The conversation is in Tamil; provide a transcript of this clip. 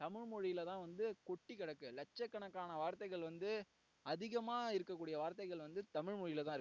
தமிழ் மொழியில் தான் வந்து கொட்டிக்கிடக்கு லட்சக்கணக்கான வார்த்தைகள் வந்து அதிகமாக இருக்க கூடிய வார்த்தைகள் வந்து தமிழ் மொழியில் தான் இருக்கு